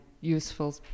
useful